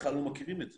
בכלל לא מכירים את זה.